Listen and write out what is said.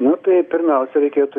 nu tai pirmiausia reikėtų